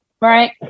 right